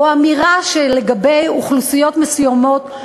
שלגבי אוכלוסיות מסוימות,